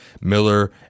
miller